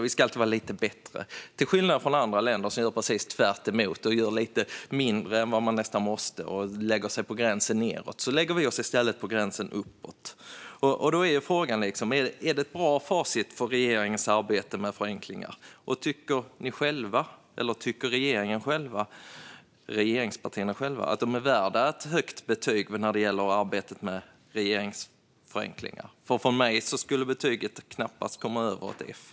Vi ska alltid vara lite bättre, till skillnad från andra länder som gör precis tvärtom. De gör nästan lite mindre än vad man måste. De lägger sig vid den undre gränsen, medan vi i stället lägger oss vid den övre gränsen. Frågan är om detta är ett bra facit för regeringens arbete med förenklingar. Tycker regeringspartierna själva att de är värda ett högt betyg för arbetet med regelförenklingar? Från mig skulle betyget knappast komma över ett F.